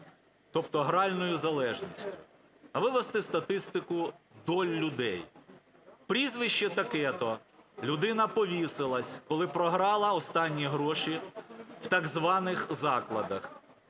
тобто гральною залежністю, а вивести статистику долі людей. Прізвище таке-то, людина повісилась, коли програла останні гроші в так званих закладах;